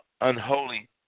unholy